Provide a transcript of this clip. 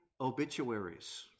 obituaries